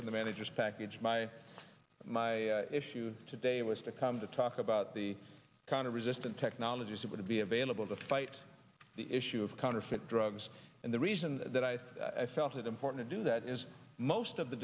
of the manager's package my my issue today was to come to talk about the kind of resistant technologies that would be available to fight the issue of counterfeit drugs and the reason that i it important to do that is most of the